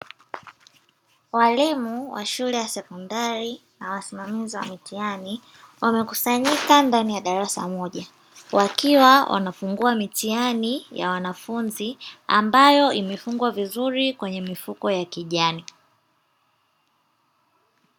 Walimu wa shule ya sekondari na wasimamizi wa mitihani wamekusanyika ndani ya darasa moja, wakiwa wanafungua mitihani ya wanafunzi ambayo imefungwa vizuri kwenye mifuko ya kijani.